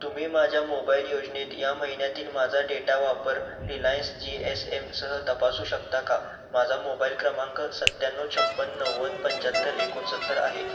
तुम्ही माझ्या मोबाईल योजनेत या महिन्यातील माझा डेटा वापर रिलायन्स जी एस एमसह तपासू शकता का माझा मोबाईल क्रमांक सत्त्याण्णव छप्पन्न नव्वद पंचाहत्तर एकोणसत्तर आहे